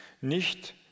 nicht